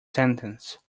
sentence